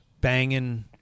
banging –